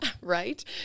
Right